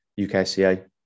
UKCA